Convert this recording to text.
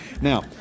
now